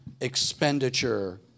expenditure